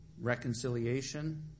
Reconciliation